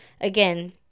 again